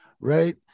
right